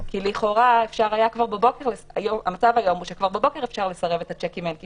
כי לכאורה המצב היום הוא שכבר בבוקר אפשר לסרב את השיקים אם אין כיסוי.